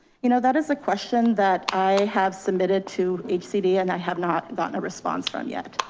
you know, that is a question that i have submitted to hcd and i have not gotten a response from yet.